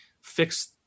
fix